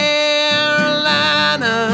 Carolina